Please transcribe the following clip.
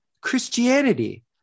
christianity